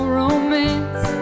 romance